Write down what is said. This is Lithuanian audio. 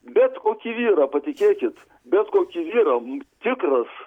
bet kokį vyrą patikėkit bet kokį vyrą tikras